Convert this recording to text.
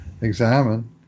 examine